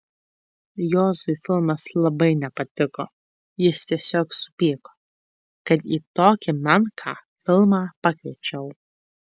juozui filmas labai nepatiko jis tiesiog supyko kad į tokį menką filmą pakviečiau